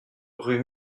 rue